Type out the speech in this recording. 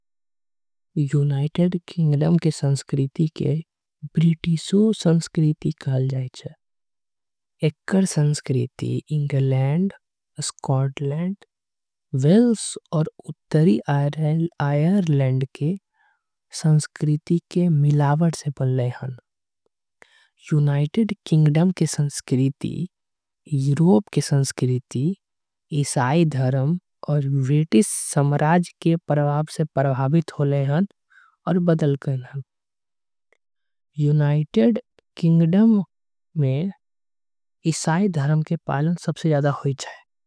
United Kingdom के सांस्कृति के ब्रिटिशों संस्कृतिकाल। आय छे एकर संस्कृति इंग्लैंड, स्कॉटलैंड, वेल्स और उत्तरी। आयरलैंड के संस्कृति के मिलावट से बने छीये यूनाइटेड। किंगडम के संस्कृति यूरोप के संस्कृति ईसाई धर्म ब्रिटिश। साम्राज्य के प्रभाव से प्रभावित हुए हन आऊ बदल गए हन। यूनाइटेड किंगडम में ईसाई धर्म के पालकता बहुते छीये।